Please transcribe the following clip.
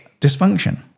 dysfunction